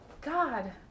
god